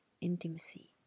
intimacy